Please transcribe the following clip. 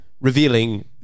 revealing